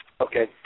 Okay